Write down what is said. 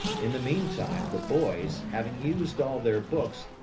in the meantime, the boys, having used all their books,